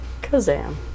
Kazam